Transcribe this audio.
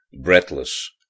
breathless